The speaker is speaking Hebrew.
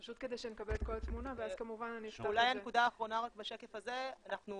אולי הנקודה האחרונה בשקף הזה, אנחנו